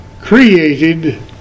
created